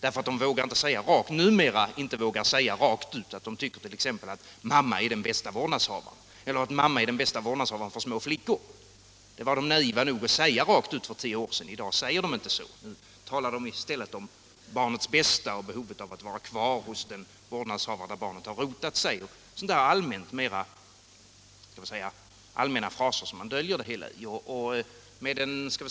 Man vågar numera inte säga rent ut t.ex. att man tycker att mamma är den bästa vårdnadshavaren eller att mamma är den bästa vårdnadshavaren för små flickor — det var man naiv nog att säga rent ut för tio år sedan. Nu talar man i stället om barnets bästa, barnets behov av att vara kvar hos den vårdnadshavare där barnet har rotat sig och använder andra mera allmänna fraser för att dölja sina värderingar.